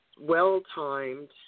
well-timed